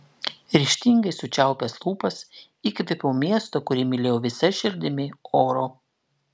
ryžtingai sučiaupęs lūpas įkvėpiau miesto kurį mylėjau visa širdimi oro